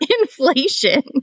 Inflation